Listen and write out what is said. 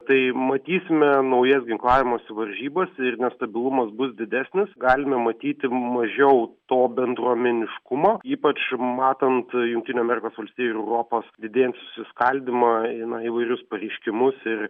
tai matysime naujas ginklavimosi varžybas ir nestabilumas bus didesnis galime matyti mažiau to bendruomeniškumo ypač matant jungtinių amerikos valstijų ir europos didėjantį susiskaldymą na įvairius pareiškimus ir